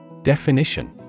Definition